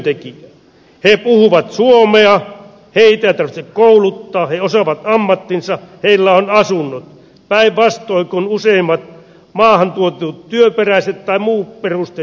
he puhuvat suomea heitä ei tarvitse kouluttaa he osaavat ammattinsa heillä on asunnot päinvastoin kuin useimmilla maahan tuoduilla työperäisillä tai muun perusteisilla vierailla